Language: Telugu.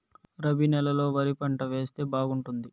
రబి నెలలో ఏ వరి పంట వేస్తే బాగుంటుంది